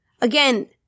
Again